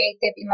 creative